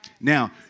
Now